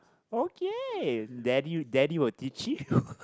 okay daddy daddy will teach you